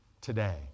today